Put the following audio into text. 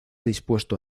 dispuesto